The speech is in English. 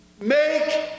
make